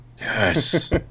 Yes